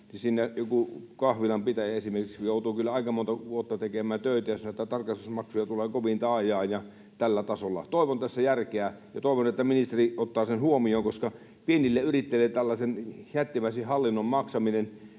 esimerkiksi joku kahvilanpitäjä joutuu kyllä aika monta vuotta tekemään töitä, jos näitä tarkastusmaksuja tulee kovin taajaan ja tällä tasolla. Toivon tässä järkeä ja toivon, että ministeri ottaa sen huomioon, koska pienille yrittäjille tällaisen jättimäisen hallinnon maksaminen